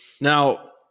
Now